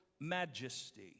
majesty